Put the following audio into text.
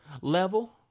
level